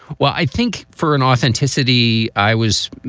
well, i think for an authenticity, i was